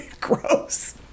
Gross